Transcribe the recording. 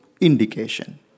indication